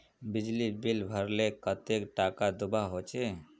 बिजली बिल भरले कतेक टाका दूबा होचे?